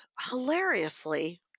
hilariously